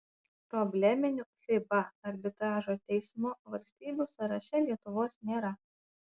probleminių fiba arbitražo teismo valstybių sąraše lietuvos nėra